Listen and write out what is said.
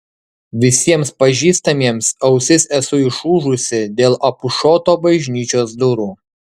visiems pažįstamiems ausis esu išūžusi dėl apušoto bažnyčios durų